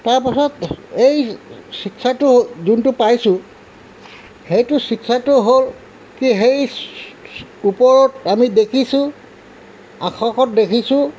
তাৰপাছত এই শিক্ষাটো যোনটো পাইছোঁ সেইটো শিক্ষাটো হ'ল কি সেই ওপৰত আমি দেখিছোঁ আকাশত দেখিছোঁ